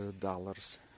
dollars